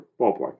ballpark